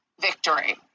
victory